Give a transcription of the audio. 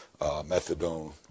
methadone